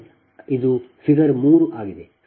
ಆದ್ದರಿಂದ ಇದು ಫಿಗರ್ 3 ಆಗಿದೆ